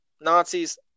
Nazis